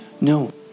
No